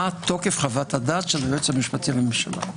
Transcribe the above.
תוקף חוות הדעת של היועץ המשפטי לממשלה.